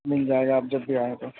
مل جائے گا جب بھی آئیں تو